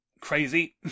crazy